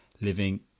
living